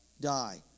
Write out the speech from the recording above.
Die